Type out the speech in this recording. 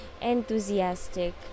enthusiastic